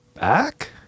back